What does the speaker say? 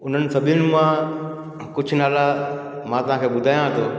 उन्हनि सभिनि मां कुझु नाला मां तव्हांखे ॿुधायां थो